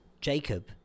Jacob